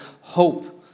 hope